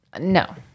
no